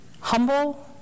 humble